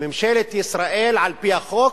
ממשלת ישראל, על-פי החוק,